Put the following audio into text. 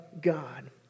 God